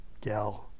gal